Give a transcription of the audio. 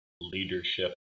leadership